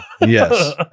Yes